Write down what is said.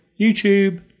YouTube